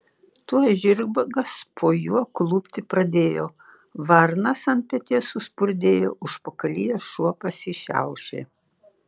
tuoj žirgas po juo klupti pradėjo varnas ant peties suspurdėjo užpakalyje šuo pasišiaušė